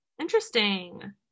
interesting